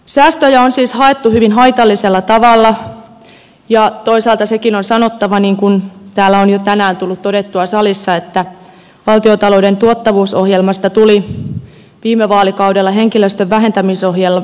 säästöjä on siis haettu hyvin haitallisella tavalla ja toisaalta sekin on sanottava niin kuin täällä on jo tänään tullut todettua salissa että valtiontalouden tuottavuusohjelmasta tuli viime vaalikaudella henkilöstön vähentämisohjelma